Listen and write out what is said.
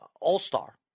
all-star